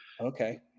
Okay